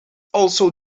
also